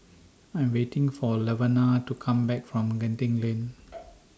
I Am waiting For Laverna to Come Back from Genting Lane